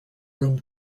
room